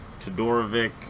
Todorovic